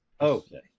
Okay